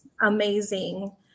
amazing